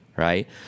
Right